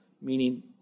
meaning